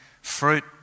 fruit